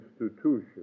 institution